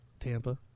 Tampa